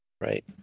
Right